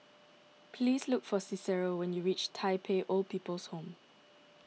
please look for Cicero when you reach Tai Pei Old People's Home